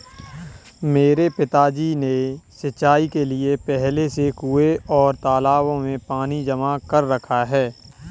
मेरे पिताजी ने सिंचाई के लिए पहले से कुंए और तालाबों में पानी जमा कर रखा है